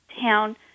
town